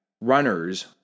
runners